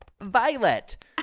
Violet